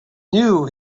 knew